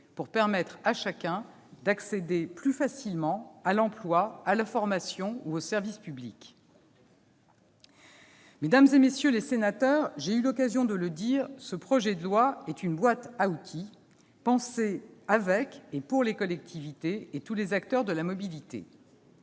pour permettre à chacun d'accéder plus facilement à l'emploi, à la formation ou aux services publics. Mesdames, messieurs les sénateurs, j'ai eu l'occasion de le dire, ce projet de loi est une boîte à outils, pensée avec et pour les collectivités ainsi que tous les acteurs de la mobilité.